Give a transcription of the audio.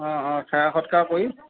অ অ সেৱা সৎকাৰ কৰি